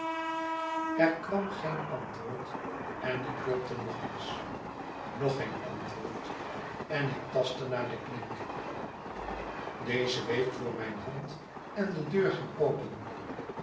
er kwam geen antwoord en ik klopte nog eens nog geen antwoord en ik tastte naar de klink deze week voor mijne hand en de deur ging open